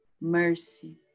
Mercy